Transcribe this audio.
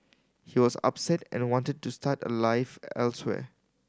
he was upset and wanted to start a life elsewhere